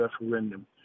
referendum